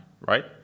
right